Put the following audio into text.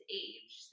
age